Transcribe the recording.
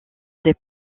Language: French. des